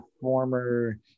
former